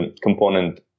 component